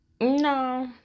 no